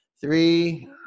Three